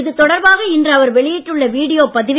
இது தொடர்பாக இன்று அவர் வெளியிட்டுள்ள வீடியோ பதிவில்